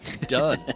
Done